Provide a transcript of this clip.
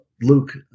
Luke